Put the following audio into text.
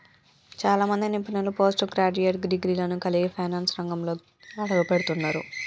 చాలా మంది నిపుణులు పోస్ట్ గ్రాడ్యుయేట్ డిగ్రీలను కలిగి ఫైనాన్స్ రంగంలోకి అడుగుపెడుతున్నరు